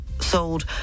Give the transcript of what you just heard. sold